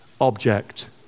object